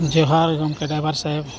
ᱡᱚᱸᱦᱟᱨ ᱜᱚᱢᱠᱮ ᱰᱟᱭᱵᱷᱟᱨ ᱥᱟᱦᱮᱵᱽ